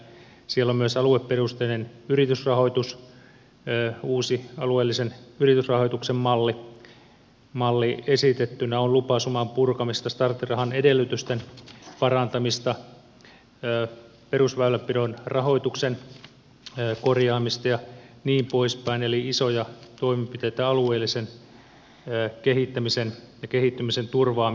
siellä on myös alueperusteinen yritysrahoitus uusi alueellisen yritysrahoituksen malli esitettynä on lupasuman purkamista starttirahan edellytysten parantamista perusväylänpidon rahoituksen korjaamista ja niin poispäin eli isoja toimenpiteitä alueellisen kehittämisen ja kehittymisen turvaamiseksi